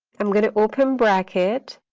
i'm going to open bracket,